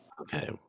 okay